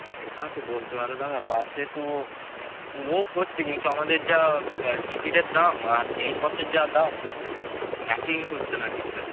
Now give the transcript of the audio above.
সেটা তো বলতে পারবো না দাদা বাসে তো লোক হচ্ছে কিন্তু আমাদের যা টিকিটের দাম আর জিনিসপত্রের যা দাম ম্যাচিং হচ্ছে না ঠিকঠাক